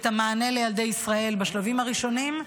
את המענה לילדי ישראל בשלבים הראשונים,